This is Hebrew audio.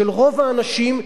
של רוב האנשים,